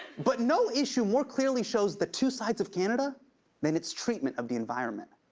but no issue more clearly shows the two sides of canada than its treatment of the environment.